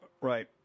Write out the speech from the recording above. Right